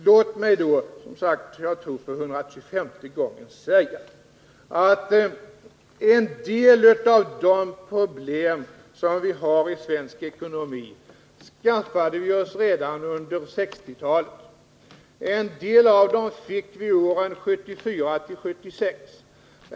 Låt mig då — för etthundratjugofemte gången eller däromkring — säga att en del av de problem som vi har i svensk ekonomi skaffade vi oss redan under 1960-talet. En del av dem fick vi åren 1974-1976.